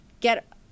get